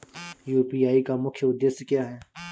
UPI का मुख्य उद्देश्य क्या है?